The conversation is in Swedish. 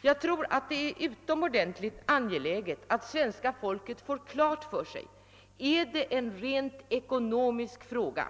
Jag tror det är utomordentligt angeläget att svenska folket får klart för sig, att om det är en rent ekonomisk fråga